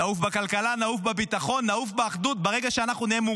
נעוף בכלכלה, נעוף בביטחון, נעוף באחדות.